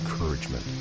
encouragement